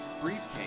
briefcase